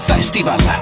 Festival